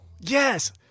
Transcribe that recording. yes